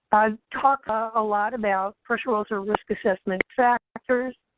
i've talked a lot about pressure ulcer risk assessment factors.